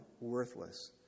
worthless